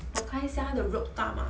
我看一下他的 rope 大吗